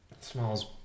smells